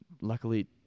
luckily